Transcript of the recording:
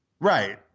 Right